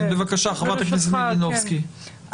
חברת הכנסת מלינובסקי, בבקשה.